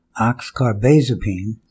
oxcarbazepine